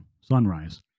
Sunrise